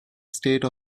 state